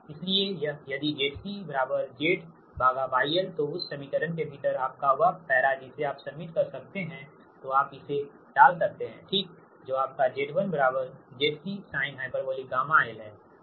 इसलिए यदि ZC ZYl तो उस समीकरण के भीतर आपका वह पैरा जिसे आप सबमिट कर सकते हैं तो आप इसे डाल सकते हैं ठीक जो आपका आपका Z1 𝑍C sinh𝛾l है